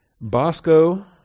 Bosco